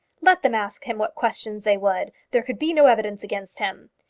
let them ask him what questions they would, there could be no evidence against him.